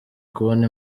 kubona